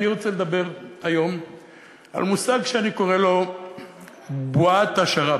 אני רוצה לדבר היום על מושג שאני קורא לו בועת השר"פ.